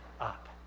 up